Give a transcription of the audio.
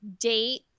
date